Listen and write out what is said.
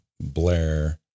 Blair